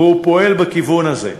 והוא פועל בכיוון הזה.